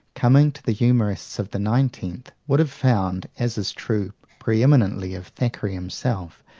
coming to the humourists of the nineteenth, would have found, as is true preeminently of thackeray himself,